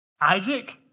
Isaac